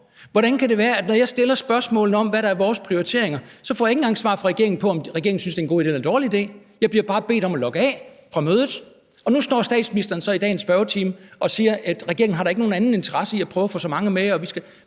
Hvordan kan det være, at jeg, da jeg stillede spørgsmål, der vedrører vores prioriteringer, så ikke engang fik svar fra regeringen på, om regeringen synes, det var en god idé eller en dårlig idé? Jeg blev bare bedt om at logge af fra mødet. Nu står statsministeren så i dag i spørgetimen og siger, at regeringen da ikke har interesse i andet end at prøve at få så mange som muligt